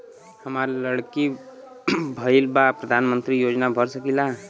हमार लड़की भईल बा प्रधानमंत्री योजना भर सकीला?